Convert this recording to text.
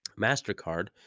MasterCard